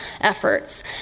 efforts